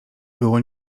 było